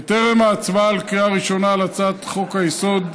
בטרם ההצבעה על קריאה ראשונה על הצעת חוק-יסוד: